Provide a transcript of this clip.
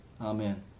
amen